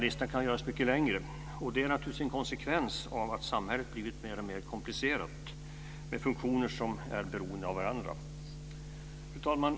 Listan kan göras mycket längre, och det är naturligtvis en konsekvens av att samhället har blivit mer och mer komplicerat med funktioner som är beroende av varandra. Fru talman!